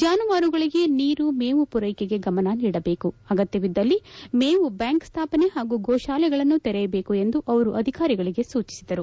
ಜಾನುವಾರುಗಳಗೆ ನೀರು ಮೇವು ಪೂರೈಕೆಗೆ ಗಮನ ನೀಡಬೇಕು ಅಗತ್ತವಿದ್ದಲ್ಲಿ ಮೇವು ಬ್ಯಾಂಕ್ ಸ್ಥಾಪನೆ ಪಾಗೂ ಗೋತಾಲೆಗಳನ್ನು ತೆರೆಯಬೇಕು ಎಂದು ಅವರು ಅಧಿಕಾರಿಗಳಿಗೆ ಸೂಚಿಸಿದರು